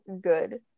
good